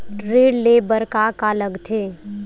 ऋण ले बर का का लगथे?